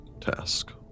task